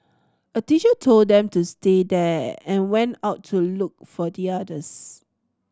a teacher told them to stay there and went out to look for the others